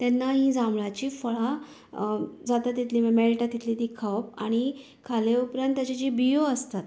तेन्ना ही जांभळाची फळां जाता तितली मेळटा तितली खावप आनी खाले उपरांत ताच्यो ज्यो बियो आसतात